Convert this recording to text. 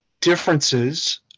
differences